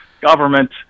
government